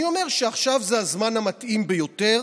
אני אומר שעכשיו זה הזמן המתאים ביותר,